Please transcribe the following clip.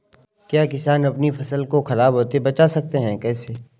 क्या किसान अपनी फसल को खराब होने बचा सकते हैं कैसे?